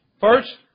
First